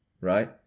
right